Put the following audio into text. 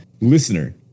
Listener